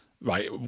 right